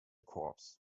corpse